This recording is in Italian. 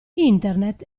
internet